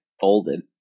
folded